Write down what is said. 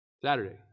Saturday